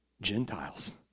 Gentiles